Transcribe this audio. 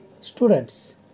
Students